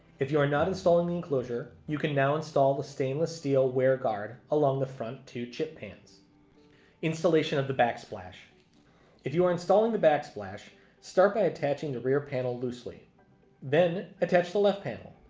if you are not installing the enclosure you can now install the stainless steel wear guard along the front two chip pans installation of the backsplash if you are installing the backsplash start by attaching the rear panel loosely then attach the left panel